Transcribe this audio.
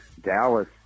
Dallas